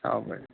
চাব পাৰি